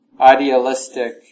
idealistic